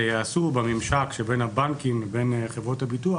ייעשו בממשק שבין הבנקים לחברות הביטוח